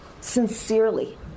sincerely